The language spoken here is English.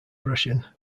russian